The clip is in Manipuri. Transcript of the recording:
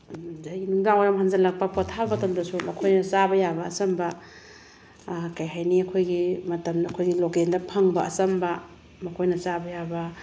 ꯑꯗꯒꯤ ꯅꯨꯡꯗꯥꯡ ꯋꯥꯏꯔꯝ ꯍꯟꯖꯤꯜꯂꯛꯄ ꯄꯣꯊꯥꯕ ꯃꯇꯝꯗꯁꯨ ꯃꯈꯣꯏꯅ ꯆꯥꯕ ꯌꯥꯕ ꯑꯆꯝꯕ ꯀꯔꯤ ꯍꯥꯏꯅꯤ ꯑꯩꯈꯣꯏꯒꯤ ꯃꯇꯝ ꯑꯩꯈꯣꯏꯒꯤ ꯂꯣꯀꯦꯜꯗ ꯐꯪꯕ ꯑꯆꯝꯕ ꯃꯈꯣꯏꯅ ꯆꯥꯕ ꯌꯥꯕ